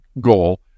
goal